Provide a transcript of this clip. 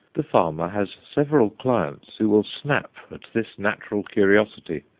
the farmer has several clients who will snap at this natural curiosity,